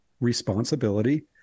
responsibility